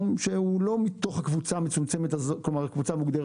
שהוא לא מתוך הקבוצה המוגדרת הזאת במליאה.